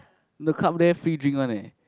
the club there free drink one leh